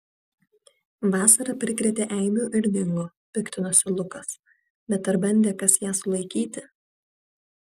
vasara prikrėtė eibių ir dingo piktinosi lukas bet ar bandė kas ją sulaikyti